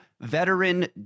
veteran